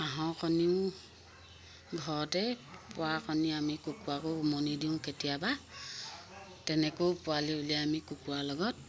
হাঁহৰ কণীও ঘৰতে পৰা কণী আমি কুকুৰাকো উমনি দিওঁ কেতিয়াবা তেনেকৈও পোৱালি ওলিয়াই আমি কুকুৰাৰ লগত